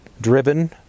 driven